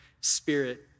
spirit